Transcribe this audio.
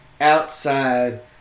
outside